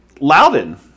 Loudon